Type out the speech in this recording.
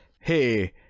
Hey